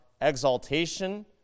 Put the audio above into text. exaltation